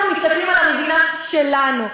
אנחנו מסתכלים על המדינה שלנו.